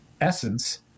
essence